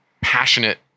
passionate